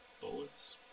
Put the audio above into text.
bullets